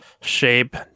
shape